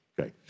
okay